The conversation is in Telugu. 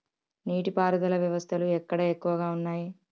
నీటి పారుదల వ్యవస్థలు ఎక్కడ ఎక్కువగా ఉన్నాయి?